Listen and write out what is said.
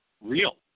real